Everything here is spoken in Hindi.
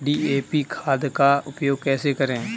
डी.ए.पी खाद का उपयोग कैसे करें?